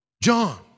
John